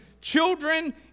children